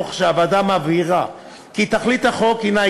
תוך שהוועדה מבהירה כי תכלית החוק הנה